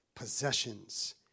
possessions